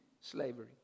slavery